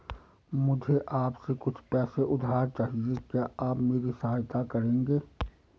मुझे आपसे कुछ पैसे उधार चहिए, क्या आप मेरी सहायता करेंगे?